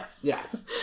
Yes